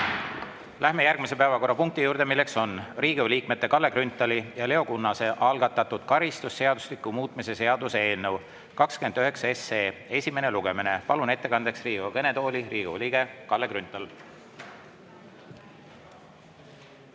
Läheme järgmise päevakorrapunkti juurde. Riigikogu liikmete Kalle Grünthali ja Leo Kunnase algatatud karistusseadustiku muutmise seaduse eelnõu 29 esimene lugemine. Palun ettekandeks Riigikogu kõnetooli Riigikogu liikme Kalle Grünthali!